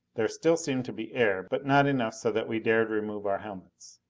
there still seemed to be air, but not enough so that we dared remove our helmets.